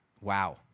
Wow